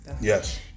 yes